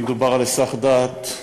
אם מדובר על היסח דעת,